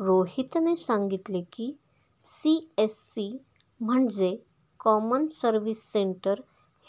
रोहितने सांगितले की, सी.एस.सी म्हणजे कॉमन सर्व्हिस सेंटर